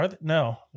No